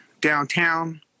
downtown